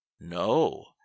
No